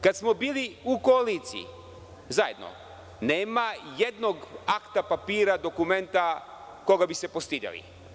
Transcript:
Kada smo bili u koaliciji zajedno nema ni jednog akta, papira, dokumenta koga bi se postideli.